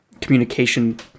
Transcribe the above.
communication